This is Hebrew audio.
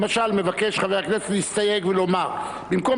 למשל מבקש חבר הכנסת להסתייג ולומר: במקום